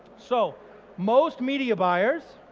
so most media buyers,